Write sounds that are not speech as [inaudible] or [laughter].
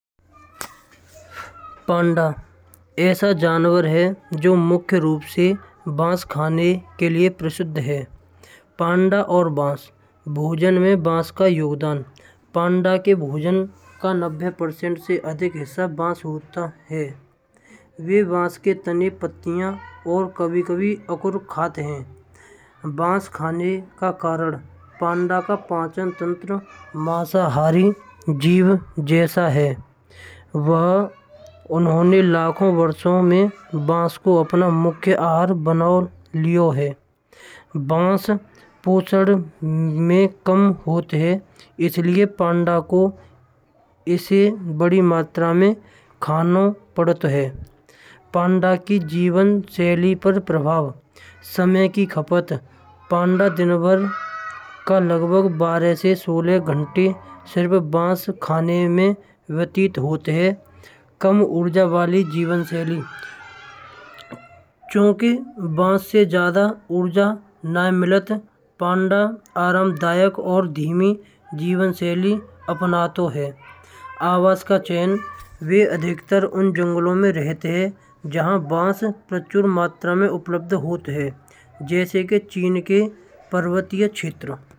पांडा ऐसा जानवर है जो मुख्य रूप से बांस खाने के लिए प्रसिद्ध है। पांडा और बांस: भोजन में बांस का योगदान। पांडा के भोजन का नब्बे प्रतिशत से अधिक [noise] हिस्सा बांस होत है। वे बांस [noise] के तने पत्तियां और कभी-कभी कुकुर खाते हैं। बांस खाने का कारण पांडा का पाचन तंत्र मांसाहारी जीव जैसा है। वह [noise] उन्होंने लाखों वर्ष में बांस को अपना मुख्य आहार बना लियो है। बांस पोषण में कम होते हैं। इसलिये पांडा को इसे बड़ी मात्रा में खाना पड़ता है। पांडा की जीवन शैली प्रति प्रभाव समय की खपत पांडा दिनभर का लगभग बारह से सोलह घंटे सिर्फ बांस खाने में व्यतीत होते हैं। कम ऊर्जा वाली जीवन शैली। क्योंकि बांस से ज्यादा ऊर्जा नै मिलत पांडा आरामदायक और धीमे जीवन शैली अपनत है। आवास का चयन वे अधिकतर उन जंगलों में रहते हैं। जहां बांस प्रचुर मात्रा में उपलब्ध होते हैं। जैसे के चीन के पर्वतीय क्षेत्र।